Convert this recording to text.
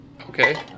okay